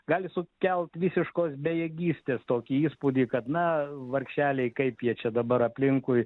gali sukelt visiškos bejėgystės tokį įspūdį kad na vargšeliai kaip jie čia dabar aplinkui